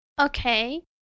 Okay